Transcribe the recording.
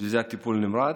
שזה הטיפול נמרץ,